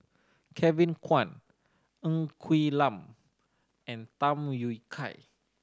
Kevin Kwan Ng Quee Lam and Tham Yui Kai